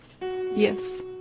yes